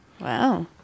wow